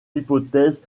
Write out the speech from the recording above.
hypothèses